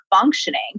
functioning